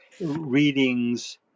readings